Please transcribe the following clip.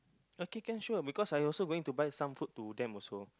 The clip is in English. okay can sure because I also going to buy some food to them also